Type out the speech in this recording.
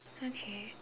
okay